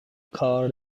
کار